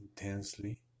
intensely